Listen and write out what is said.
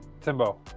Timbo